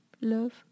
love